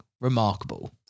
remarkable